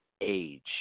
age